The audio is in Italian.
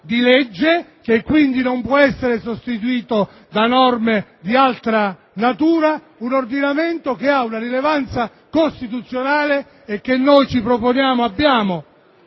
di legge e che quindi non può essere sostituito da norme di altra natura; è un ordinamento che ha una rilevanza costituzionale e sul quale abbiamo